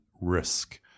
risk